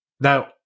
Now